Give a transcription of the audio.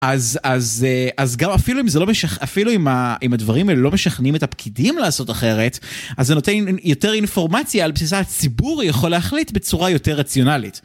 אז אז גם אפילו אם זה לא משכנע, אם הדברים האלה לא משכנעים את הפקידים לעשות אחרת, אז זה נותן יותר אינפורמציה על בסיסה הציבור יכול להחליט בצורה יותר רציונלית.